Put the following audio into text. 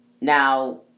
Now